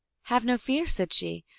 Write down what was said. have no fear, said she,